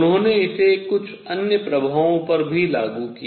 उन्होंने इसे कुछ अन्य प्रभावों पर भी लागू किया